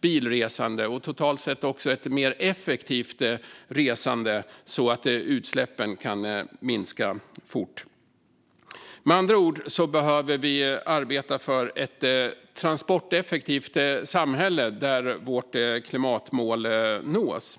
bilresande och totalt sett också ett mer effektivt resande så att utsläppen kan minska fort. Med andra ord behöver vi arbeta för ett transporteffektivt samhälle där vårt klimatmål nås.